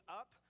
up